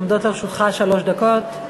עומדות לרשותך שלוש דקות.